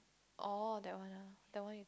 orh that one ah that one